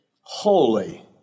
holy